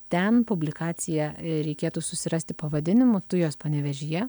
ten publikaciją reikėtų susirasti pavadinimu tujos panevėžyje